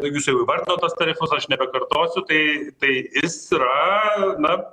jeigu jūs jau įvardinot tuos tarifus aš nebekartosiu tai tai jis yra na